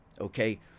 okay